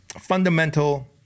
fundamental